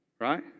Right